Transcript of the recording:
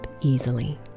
easily